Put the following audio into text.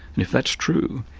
and if that's true,